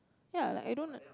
ya like I don't like